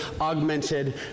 augmented